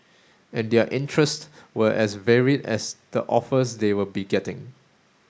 and their interests were as varied as the offers they will be getting